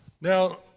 Now